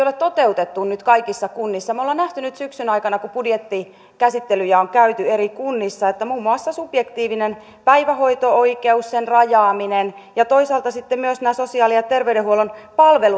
ole toteutettu nyt kaikissa kunnissa me olemme nähneet nyt syksyn aikana kun budjettikäsittelyjä on käyty eri kunnissa että muun muassa subjektiivisen päivähoito oikeuden rajaaminen ja toisaalta sitten myös nämä sosiaali ja terveydenhuollon